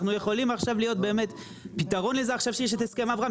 אנחנו יכולים עכשיו להיות באמת פתרון שיש עכשיו את הסכמי אברהם.